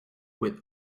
with